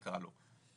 נקרא לו,